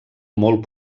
molt